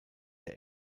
der